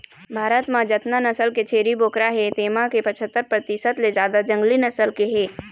भारत म जतना नसल के छेरी बोकरा हे तेमा के पछत्तर परतिसत ले जादा जंगली नसल के हे